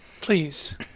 please